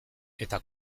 eta